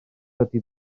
ydy